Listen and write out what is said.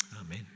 Amen